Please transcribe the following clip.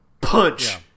Punch